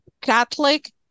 Catholic